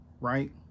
right